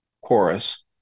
chorus